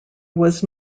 was